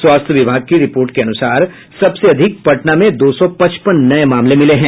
स्वास्थ्य विभाग की रिपोर्ट के अनुसार सबसे अधिक पटना में दो सौ पचपन नये मामले मिले हैं